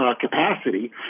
capacity